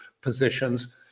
positions